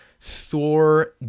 thor